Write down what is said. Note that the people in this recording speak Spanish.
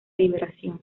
liberación